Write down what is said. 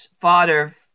father